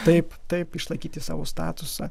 taip taip išlaikyti savo statusą